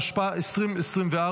התשפ"ה 2024,